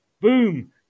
boom